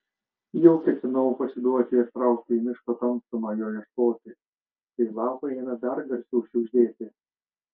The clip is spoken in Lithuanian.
jau ketinau pasiduoti ir traukti į miško tamsumą jo ieškoti kai lapai ėmė dar garsiau šiugždėti